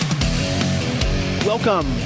Welcome